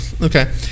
Okay